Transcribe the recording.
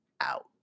out